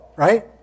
Right